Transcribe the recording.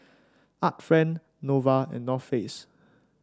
Art Friend Nova and North Face